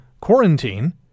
quarantine